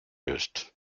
ist